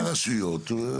לא ברשויות.